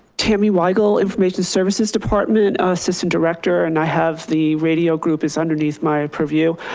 kimmy weigel, information services department, assistant director and i have, the radio group is underneath my purview.